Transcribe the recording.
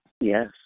Yes